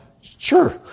sure